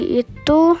itu